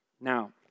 Now